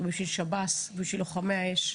בשביל השב"ס ובשביל לוחמי האש.